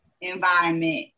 environment